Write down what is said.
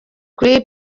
kuri